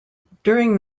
during